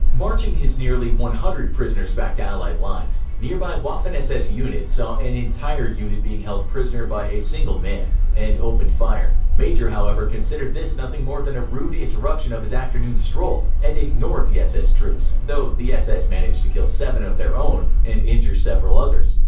marching his nearly one hundred prisoners back to allied lines, nearby waffen-ss units saw an entire unit being held prisoner by a single man and opened fire. major however considered this nothing more than a rude interruption of his afternoon stroll and ignored the ss troops, though the ss managed to kill seven of their own and injure several others.